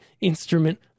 instrument